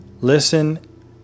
Listen